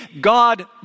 God